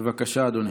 בבקשה אדוני.